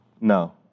No